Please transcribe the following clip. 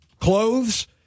clothes